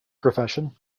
profession